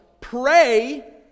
pray